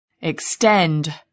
extend